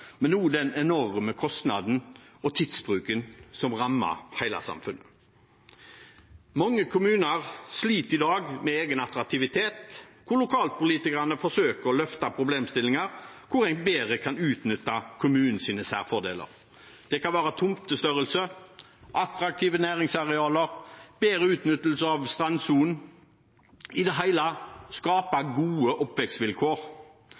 men også den enorme kostnaden og tidsbruken som rammer hele samfunnet. Mange kommuner sliter i dag med egen attraktivitet, og lokalpolitikerne forsøker å løfte problemstillinger om hvordan man bedre kan utnytte kommunens særfordeler. Det kan være tomtestørrelser, attraktive næringsarealer, bedre utnyttelse av strandsonen – i det